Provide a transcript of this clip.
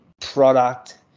product